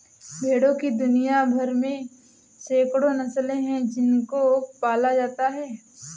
भेड़ों की दुनिया भर में सैकड़ों नस्लें हैं जिनको पाला जाता है